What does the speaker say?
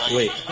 Wait